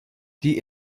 die